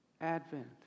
advent